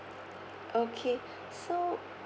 okay so